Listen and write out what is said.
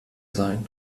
sein